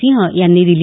सिंह यांनी दिली